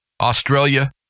Australia